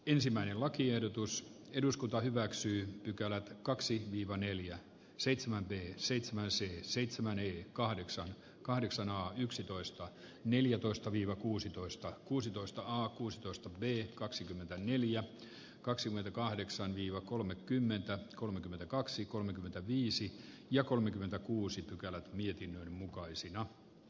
ensimmäinen lakiehdotus eduskunta hyväksyi pykälät kaksi ivu neljä seitsemän yksi seitsemän si seitsemän kahdeksan kahdeksan yksitoista neljätoista viiva kuusitoista kuusitoista kuusitoista viisi kaksikymmentäneljä kaksikymmentäkahdeksan viiva kolmekymmentä kolmekymmentäkaksi kolmekymmentäviisi ja kolmekymmentäkuusi pykälää mietinnön mukaisena